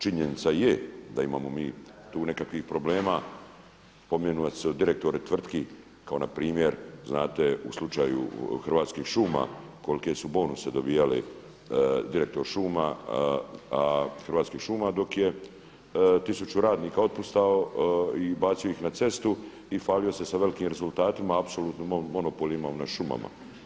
Činjenica je da imamo mi tu nekakvih problema, spominjali su se direktori tvrtki kao npr. znate u slučaju Hrvatskih šuma kolike su bonuse dobivali direktor Hrvatskih šuma, a dok je tisuću radnika otpustio i bacio ih na cestu i falio se sa velikim rezultatima apsolutnim monopolima na šumama.